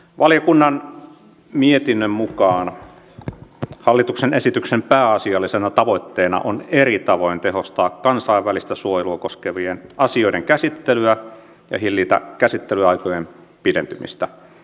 valiokunnan mietinnön mukaan hallituksen esityksen pääasiallisena tavoitteena on eri tavoin tehostaa kansainvälistä suojelua koskevien asioiden käsittelyä ja hillitä käsittelyaikojen pidentymistä